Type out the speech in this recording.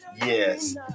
Yes